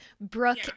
Brooke